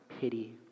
pity